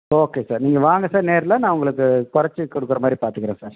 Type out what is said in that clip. okay sir நீங்கள் வாங்க sir நேர்ல நான் உங்களுக்கு குறச்சி கொடுக்குறமாரி பார்த்துக்குறேன் சார்